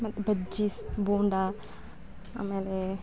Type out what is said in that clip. ಮತ್ತು ಬಜ್ಜೀ ಬೋಂಡಾ ಆಮೇಲೇ